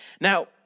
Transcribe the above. Now